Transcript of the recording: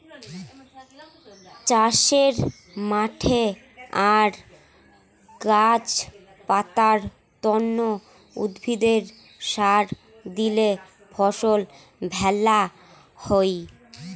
চাষের মাঠে আর গাছ পাতার তন্ন উদ্ভিদে সার দিলে ফসল ভ্যালা হই